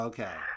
Okay